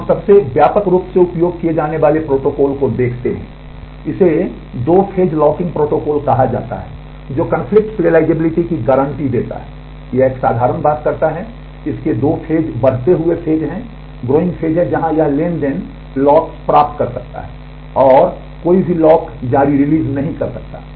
तो हम सबसे व्यापक रूप से उपयोग किए जाने वाले प्रोटोकॉल को देखते हैं इसे दो फेज लॉकिंग प्रोटोकॉल कहा जाता है जो कन्फ्लिक्ट सीरियलाइज़िबिलिटी की गारंटी देता है यह एक साधारण बात करता है इसके दो फेज बढ़ते हुए फेज हैं जहां यह ट्रांज़ैक्शन लॉक्स नहीं कर सकता है